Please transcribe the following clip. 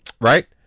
right